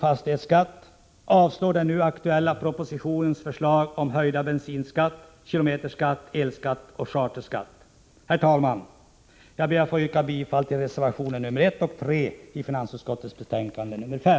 Avslå den nu aktuella propositionens förslag om höjd bensinskatt, kilometerskatt, elskatt och charterskatt. Herr talman! Jag ber att få yrka bifall till reservationerna 1 och 4 i finansutskottets betänkande nr 5.